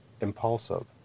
impulsive